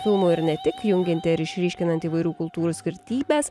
filmo ir ne tik jungiant ir išryškinant įvairių kultūrų skirtybes